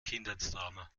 kindheitstrauma